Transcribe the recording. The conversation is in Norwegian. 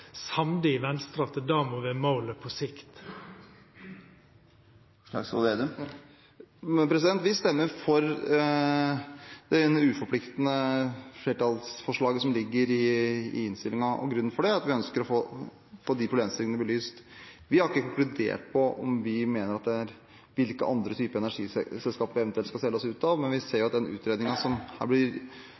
Venstre i at det må vera målet på sikt. Vi stemmer for det uforpliktende flertallsforslaget som ligger i innstillingen. Grunnen til det er at vi ønsker å få disse problemstillingene belyst. Vi har ikke konkludert på hvilke andre energiselskaper vi mener vi eventuelt skal selge oss ut av, men vi ser at den utredningen som